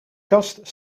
kast